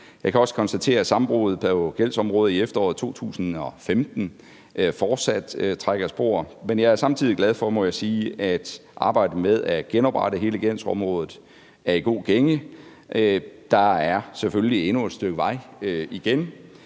Jeg kan også konstatere, at sammenbruddet på gældsområdet i efteråret 2015 fortsat trækker spor, men jeg er samtidig glad for, må jeg sige, at arbejdet med at genoprette hele gældsområdet er i god gænge. Der er selvfølgelig endnu et stykke vej igen,